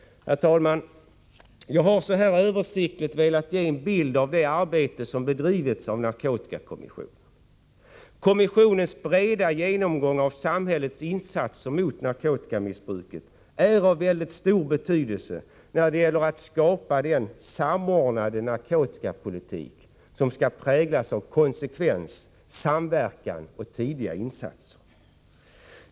Herr talman! Jag har så här översiktligt velat ge en bild av det arbete som bedrivits av narkotikakommissionen. Kommissionens breda genomgång av samhällets insatser mot narkotikamissbruket är av mycket stor betydelse när det gäller att skapa en samordnad narkotikapolitik präglad av konsekvens, samverkan och tidiga insatser.